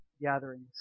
gatherings